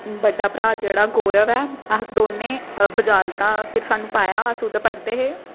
बड्डा भ्राऽ जेह्ड़ा गौरव ऐ अस दौनें बझालता फिर असेंगी पाया अस उत्थै पढ़दे हे